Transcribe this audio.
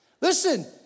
Listen